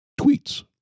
tweets